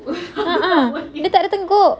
a'ah dia tak ada tengkuk